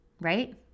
right